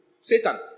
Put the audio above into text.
Satan